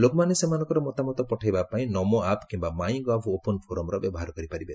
ଲୋକମାନେ ସେମାନଙ୍କର ମତାମତ ପଠାଇବା ପାଇଁ ନମୋ ଆପ୍ କିୟା ମାଇଁ ଗଭ୍ ଓପନ୍ ଫୋରମ୍ର ବ୍ୟବହାର କରିପାରିବେ